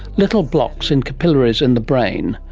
little blocks in capillaries in the brain,